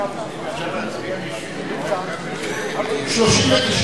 בממשלה לא נתקבלה.